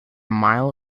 mile